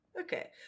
Okay